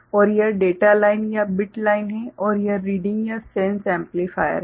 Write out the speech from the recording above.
और यह data line या बिट लाइन है और यह रीडिंग या सेंस एम्पलीफायर है